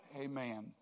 Amen